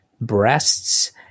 breasts